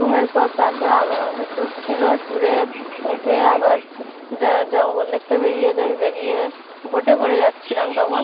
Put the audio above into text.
ঘুমের পর তারপর আবার আমাদের ট্যুর ছিল ট্যুরে উঠে আবার জঙ্গল দেখতে বেরিয়ে যাই বেরিয়ে বোটে করে যাচ্ছিলাম তখন